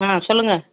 ஆ சொல்லுங்கள்